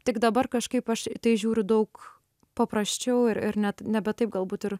tik dabar kažkaip aš į tai žiūriu daug paprasčiau ir ir net nebe taip galbūt ir